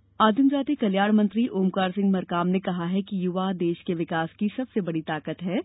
युवा संवाद आदिमजाति कल्याण मंत्री ओमकार सिंह मरकाम ने कहा है कि युवा देश के विकास की सबसे बड़ी ताकत एंव शक्ति है